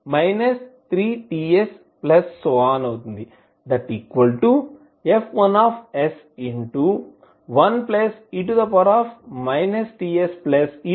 మీరు చివరకు FsF1sF1se TsF1se 2TsF1se 3Ts